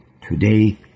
Today